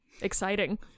Exciting